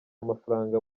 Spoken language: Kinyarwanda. amafaranga